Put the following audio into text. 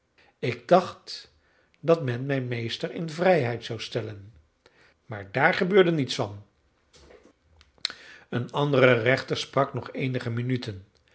ik dacht dat men mijn meester in vrijheid zou stellen maar daar gebeurde niets van een andere rechter sprak nog eenige minuten